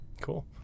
Cool